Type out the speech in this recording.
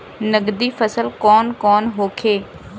नकदी फसल कौन कौनहोखे?